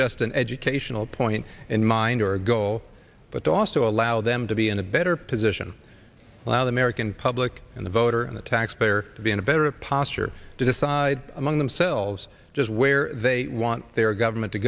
just an educational point in mind or a goal but also allow them to be in a better position while the american public and the voter and the taxpayer to be in a better posture to decide among themselves just where they want their government to